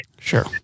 Sure